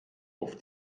auf